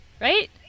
Right